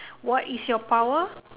what is your power